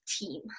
team